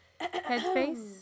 headspace